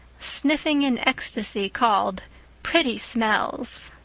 sniffing in ecstasy, called pretty smells.